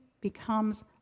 becomes